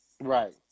Right